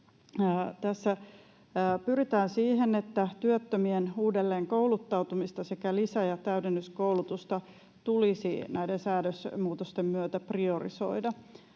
pyritään siihen, että työttömien uudelleenkouluttautumista sekä lisä- ja täydennyskoulutusta tulisi näiden säädösmuutosten myötä priorisoida,